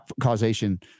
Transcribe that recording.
causation